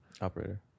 operator